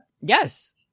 Yes